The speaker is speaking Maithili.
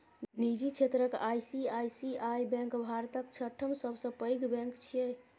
निजी क्षेत्रक आई.सी.आई.सी.आई बैंक भारतक छठम सबसं पैघ बैंक छियै